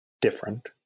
different